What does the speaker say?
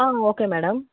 okay madam